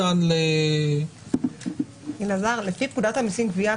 לפי פקודת המסים (גבייה),